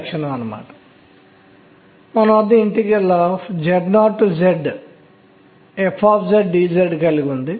కాబట్టి దీనిని మనం తదుపరి చర్చించాల్సిన అవసరం ఉంది